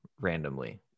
randomly